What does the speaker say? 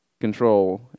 control